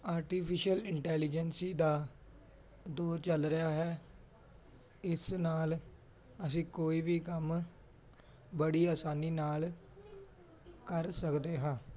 artificial intelligence ਦਾ ਦੌਰ ਚੱਲ ਰਿਹਾ ਹੈ ਇਸ ਨਾਲ ਅਸੀਂ ਕੋਈ ਵੀ ਕੰਮ ਬੜੀ ਆਸਾਨੀ ਨਾਲ ਕਰ ਸਕਦੇ ਹਾਂ